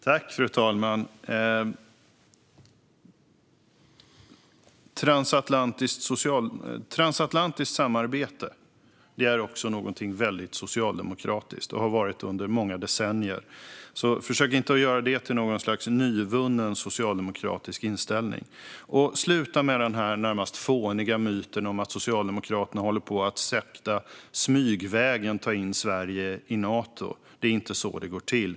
Fru talman! Transatlantiskt samarbete är och har under många decennier varit något väldigt socialdemokratiskt, så försök inte att göra det till något slags nyvunnen socialdemokratisk inställning. Sluta också med den närmast fåniga myten om att Socialdemokraterna håller på att smyga in Sverige i Nato. Det är inte så det går till.